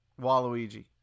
Waluigi